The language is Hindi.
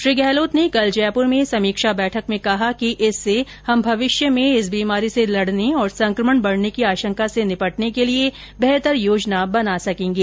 श्री गहलोत ने कल जयपर में समीक्षा बैठक में कहा कि इससे हम भविष्य में इस बीमारी से लड़ने और संक्रमण बढ़ने की आशंका से निपटने के लिए बेहतर योजना बना सकेंगे